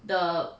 the